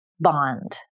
bond